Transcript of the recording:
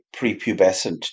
prepubescent